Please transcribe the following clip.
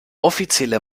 offizielle